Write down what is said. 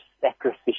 sacrificial